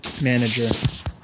manager